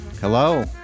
Hello